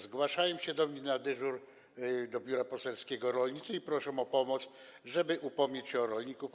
Zgłaszają się do mnie na dyżur do biura poselskiego rolnicy i proszą o pomoc, żeby upomnieć się o rolników.